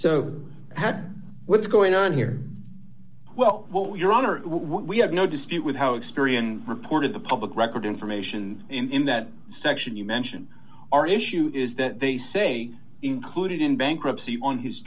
at what's going on here well well your honor we have no dispute with how experienced reported the public record information in that section you mention our issue is that they say included in bankruptcy on his